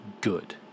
good